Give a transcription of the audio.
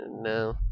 No